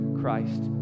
Christ